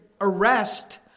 arrest